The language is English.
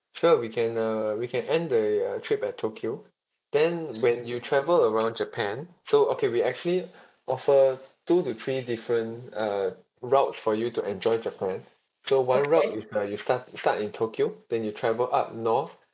sure we can uh we can end the uh trip at tokyo then when you travel around japan so okay we actually offer two to three different uh routes for you to enjoy japan so one route is like you start you start in tokyo then you travel up north